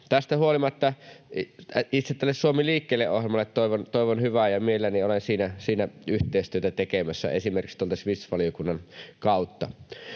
Tästä huolimatta itse tälle Suomi liikkeelle ‑ohjelmalle toivon hyvää, ja mielelläni olen siinä yhteistyötä tekemässä esimerkiksi tuolta sivistysvaliokunnan kautta.